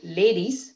ladies